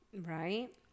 Right